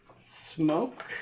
smoke